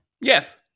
Yes